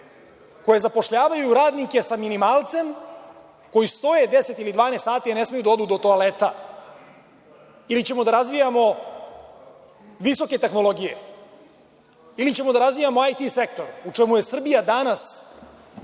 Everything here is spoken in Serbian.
koje zapošljavaju radnike sa minimalcem, koji stoje 10 ili 12 sati, a ne smeju da odu do toaleta, ili ćemo da razvijamo visoke tehnologije, ili ćemo da razvijamo IT sektor, u čemu je Srbija danas